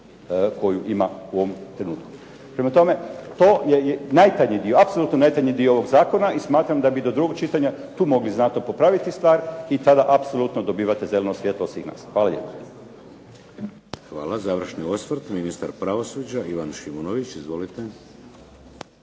koju ima u ovom trenutku. Prema tome, to je najtanji dio, apsolutni dio ovog zakona i smatram da bi do drugog čitanja tu mogli znatno popraviti stvar i tada apsolutno dobivate zeleno signalno svjetlo. Hvala lijepo. **Šeks, Vladimir (HDZ)** Hvala. Završni osvrt, ministar pravosuđa Ivan Šimonović. Izvolite.